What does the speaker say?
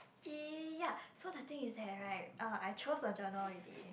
y~ ya so the thing is that right I chose a journal already